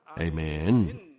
Amen